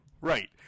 right